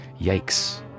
Yikes